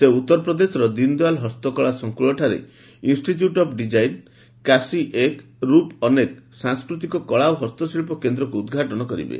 ସେ ଉତ୍ତର ପ୍ରଦେଶର ଦୀନ ଦୟାଲ୍ ହସ୍ତକଳା ସଙ୍କୁଳଠାରେ ଇଷ୍ଟିଚ୍ୟୁଟ୍ ଅଫ୍ ଡିଜାଇନ୍ 'କାଶୀ ଏକ ରୂପ୍ ଅନେକ' ସାଂସ୍କୃତିକ କଳା ଓ ହସ୍ତଶିଳ୍ପ କେନ୍ଦ୍ରକୁ ଉଦ୍ଘାଟନ କରିବେ